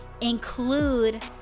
include